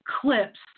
clips